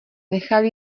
nechali